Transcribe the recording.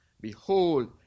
Behold